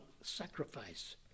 sacrifice